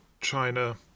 China